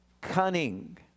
cunning